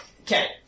Okay